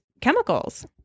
chemicals